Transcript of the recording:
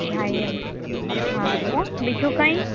હા એમ હારું હો બીજું કાઇ